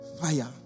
Fire